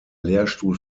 lehrstuhl